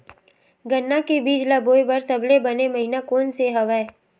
गन्ना के बीज ल बोय बर सबले बने महिना कोन से हवय?